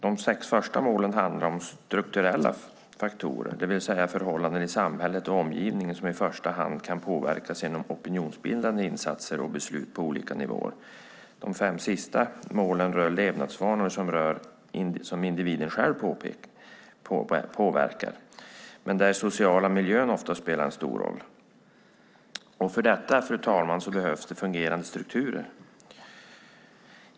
De sex första målen handlar om strukturella faktorer, det vill säga förhållanden i samhället och omgivningen som i första hand kan påverkas genom opinionsbildande insatser och beslut på olika nivåer. De fem sista målen rör levnadsvanor som individen själv påverkar men där den sociala miljön ofta spelar en stor roll, och för detta behövs det fungerande strukturer.